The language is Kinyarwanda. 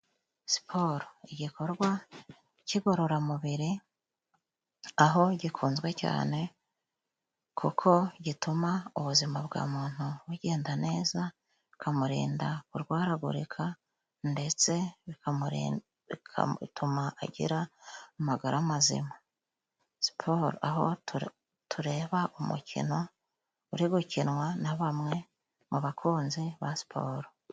Siporo igikorwa cy'igororamubiri aho gikunzwe cyane, kuko gituma ubuzima bwa muntu bugenda neza, bikamurinda kurwaragurika ndetse bikatuma agira amagara mazima. Siporo aho tureba umukino uri gukinwa na bamwe mu bakunzi ba siporo.